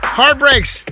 heartbreaks